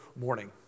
morning